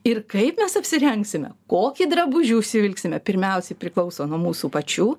ir kaip mes apsirengsime kokį drabužį užsivilksime pirmiausia priklauso nuo mūsų pačių